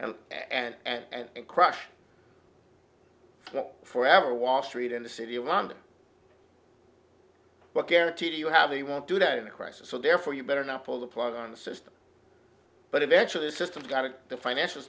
and and crush forever wall street in the city of london what guarantee do you have they won't do that in a crisis so therefore you better not pull the plug on the system but eventually the system got to the financial